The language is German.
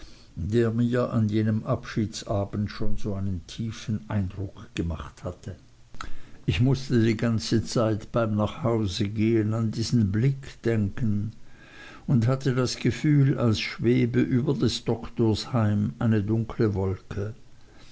der mir an jenem abschiedsabend schon so einen tiefen eindruck gemacht hatte ich mußte die ganze zeit beim nachhausegehen an diesen blick denken und hatte das gefühl als schwebe über des doktors heim eine dunkle wolke